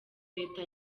leta